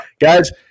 guys